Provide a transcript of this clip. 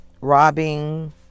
robbing